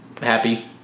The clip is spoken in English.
happy